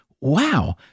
wow